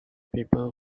people